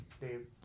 Dave